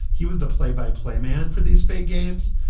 he was the play by play man for these fake games,